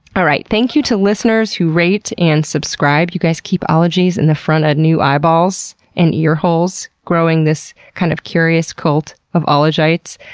all right, thank you to listeners who rate and subscribe. you guys keep ologies in the front of new eyeballs, and earholes, growing this, kind of, curious cult of ologites.